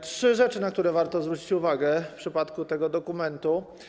Trzy rzeczy, na które warto zwrócić uwagę w przypadku tego dokumentu.